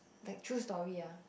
like true story ah